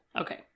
Okay